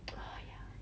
oh ya